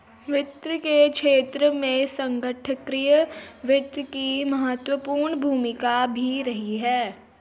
वित्त के क्षेत्र में संगणकीय वित्त की महत्वपूर्ण भूमिका भी रही है